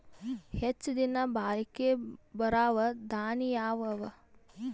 ಹೆಚ್ಚ ದಿನಾ ಬಾಳಿಕೆ ಬರಾವ ದಾಣಿಯಾವ ಅವಾ?